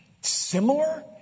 similar